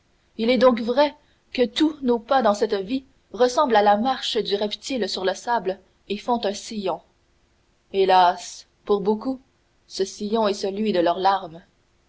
il est donc vrai que tous nos pas dans cette vie ressemblent à la marche du reptile sur le sable et font un sillon hélas pour beaucoup ce sillon est celui de leurs larmes